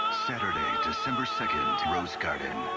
saturday december second, rose garden.